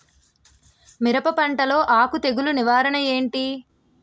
మిరప పంటలో ఆకు తెగులు నివారణ ఏంటి?